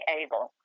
able